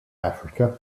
africa